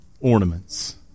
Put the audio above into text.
ornaments